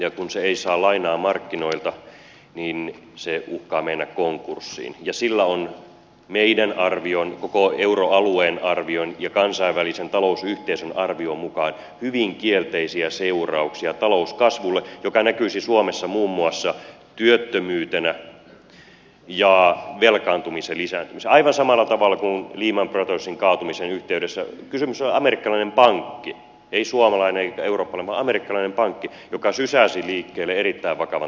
ja kun se ei saa lainaa markkinoilta niin se uhkaa mennä konkurssiin ja sillä on meidän arviomme koko euroalueen arvion ja kansainvälisen talousyhteisön arvion mukaan hyvin kielteisiä seurauksia talouskasvulle jotka näkyisivät suomessa muun muassa työttömyytenä ja velkaantumisen lisääntymisenä aivan samalla tavalla kuin lehman brothersin kaatumisen yhteydessä kun kysymyksessä oli amerikkalainen pankki ei suomalainen eikä eurooppalainen vaan amerikkalainen pankki joka sysäsi liikkeelle erittäin vakavan talouskriisin